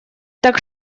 так